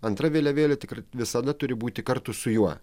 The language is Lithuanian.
antra vėliavėlė tikrai visada turi būti kartu su juo